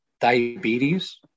diabetes